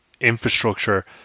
infrastructure